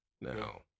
Now